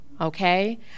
Okay